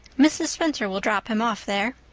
mrs. spencer will drop him off there.